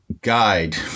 guide